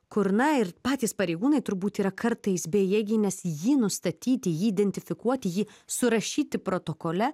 kur na ir patys pareigūnai turbūt yra kartais bejėgiai nes jį nustatyti jį identifikuoti jį surašyti protokole